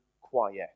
quiet